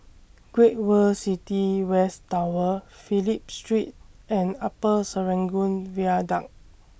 Great World City West Tower Phillip Street and Upper Serangoon Viaduct